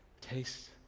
taste